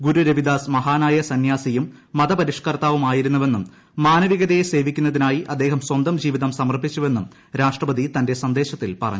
ഗുരു രവിദാസ് മഹാനായ സന്യാസിയും മതപരിഷ്കർത്താവുമായിരുന്നുവെന്നും മാനവികതയെ സേവിക്കുന്നതിനായി അദ്ദേഹം സ്വന്തം ജീവിതം സമർപ്പിച്ചുവെന്നും രാഷ്ട്രപതി തന്റെ സന്ദേശത്തിൽ പറഞ്ഞു